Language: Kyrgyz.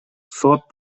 сот